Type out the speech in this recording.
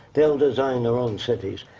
they'll design their own cities,